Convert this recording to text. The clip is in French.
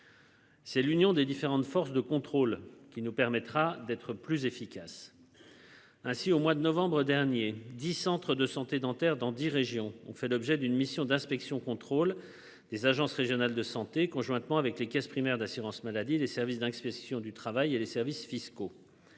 C'est l'Union des différentes forces de contrôle qui nous permettra d'être plus efficace. Ainsi, au mois de novembre dernier. 10 centres de santé dentaires dans 10 régions ont fait l'objet d'une mission d'inspection, contrôle des agences régionales de santé conjointement avec les caisses primaires d'assurance maladie, les services d'expression du travail et les services fiscaux.